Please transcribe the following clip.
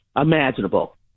imaginable